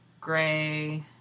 gray